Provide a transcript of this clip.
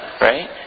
right